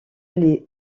les